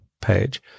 page